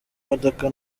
modoka